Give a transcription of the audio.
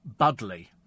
Budley